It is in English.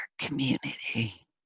community